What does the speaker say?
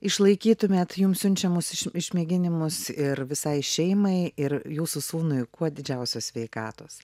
išlaikytumėt jums siunčiamus išmėginimus ir visai šeimai ir jūsų sūnui kuo didžiausios sveikatos